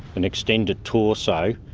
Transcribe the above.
an extended torso,